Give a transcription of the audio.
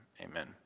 amen